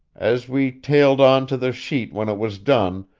as we tailed on to the sheet when it was done,